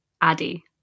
addy